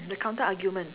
the counter argument